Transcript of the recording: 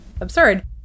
absurd